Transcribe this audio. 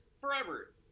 forever